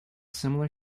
similar